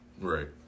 Right